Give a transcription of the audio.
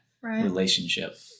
relationship